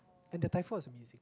and the Thai food was amazing